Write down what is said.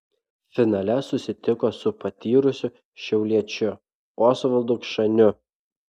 finale susitiko su patyrusiu šiauliečiu osvaldu kšaniu